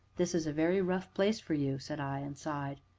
this is a very rough place for you, said i, and sighed.